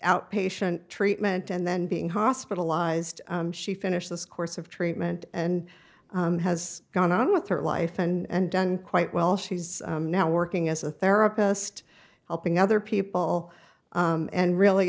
outpatient treatment and then being hospitalized she finished this course of treatment and has gone on with her life and done quite well she's now working as a therapist helping other people and really